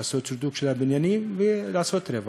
לעשות שדרוג של בניינים ולעשות רווח.